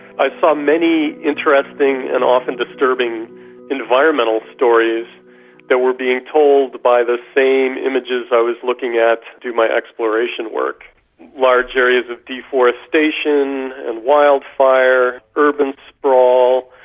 i saw many interesting and often disturbing environmental stories that were being told by the same images i was looking at to do my exploration work large areas of deforestation and wildfire, urban sprawl,